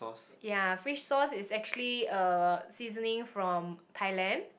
ya fish sauce is actually a seasoning from Thailand